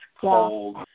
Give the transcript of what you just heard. cold